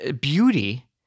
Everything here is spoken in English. beauty